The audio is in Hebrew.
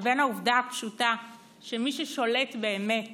מר ביטחון, לבין העובדה הפשוטה שמי ששולט באמת